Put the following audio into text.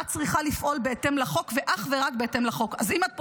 את צריכה לפעול בהתאם לחוק ואך ורק בהתאם לחוק.